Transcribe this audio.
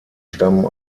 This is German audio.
stammen